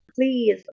Please